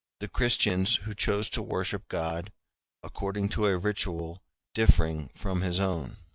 the christians who chose to worship god according to a ritual differing from his own.